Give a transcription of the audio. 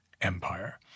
Empire